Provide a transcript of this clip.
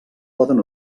poden